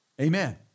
Amen